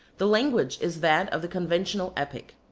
the language is that of the conventional epic.